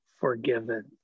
forgiven